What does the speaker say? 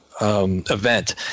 event